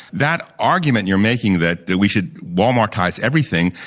that argument you're making, that we should walmartize everything,